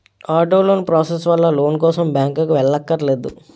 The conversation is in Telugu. ఆటో లోన్ ప్రాసెస్ వల్ల లోన్ కోసం బ్యాంకుకి వెళ్ళక్కర్లేదు